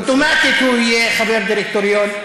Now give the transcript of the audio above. אוטומטית הוא יהיה חבר דירקטוריון.